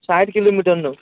સાઠ કિલોમીટરનો